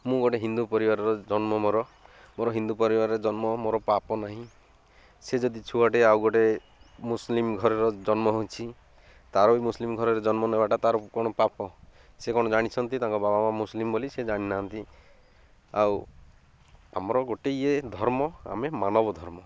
ମୁଁ ଗୋଟେ ହିନ୍ଦୁ ପରିବାରର ଜନ୍ମ ମୋର ମୋର ହିନ୍ଦୁ ପରିବାରର ଜନ୍ମ ମୋର ପାପ ନାହିଁ ସେ ଯଦି ଛୁଆଟେ ଆଉ ଗୋଟେ ମୁସଲିମ ଘରର ଜନ୍ମ ହେଉଛି ତା'ର ବି ମୁସଲିମ ଘରର ଜନ୍ମ ନେବାଟା ତା'ର କ'ଣ ପାପ ସେ କ'ଣ ଜାଣିଛନ୍ତି ତାଙ୍କ ବାବା ବା ମୁସଲିମ ବୋଲି ସେ ଜାଣିନାହାନ୍ତି ଆଉ ଆମର ଗୋଟେ ଇଏ ଧର୍ମ ଆମେ ମାନବ ଧର୍ମ